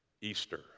Easter